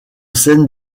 scène